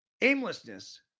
Aimlessness